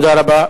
תודה רבה.